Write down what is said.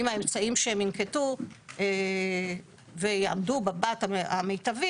האם האמצעים שהם ינקטו ויעמדו בת המיטבי